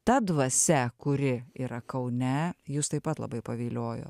ta dvasia kuri yra kaune jus taip pat labai paviliojo